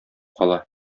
кала